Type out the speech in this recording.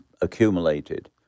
accumulated